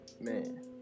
man